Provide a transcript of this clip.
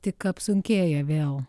tik apsunkėja vėl